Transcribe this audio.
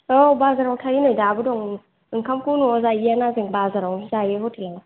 औ बाजाराव थायो नै दाबो दं ओंखामखौ नआव जाहैयाना जों बाजारावनो जायो हटेलाव